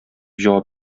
җавап